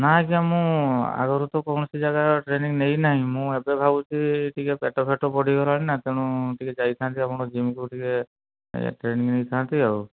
ନା ଆଜ୍ଞା ମୁଁ ଆଗରୁ ତ କୋଣସି ଜାଗାରେ ଟ୍ରେନିଂ ନେଇ ନାଇଁ ମୁଁ ଏବେ ଭାବୁଛି ଟିକେ ପେଟ ଫେଟ ବଢ଼ିଗଲାଣି ନା ତେଣୁ ଟିକେ ଯାଇଥାନ୍ତି ଆପଣଙ୍କ ଜିମ୍କୁ ଟିକେ ଟ୍ରେନିଂ ନେଇଥାନ୍ତି ଆଉ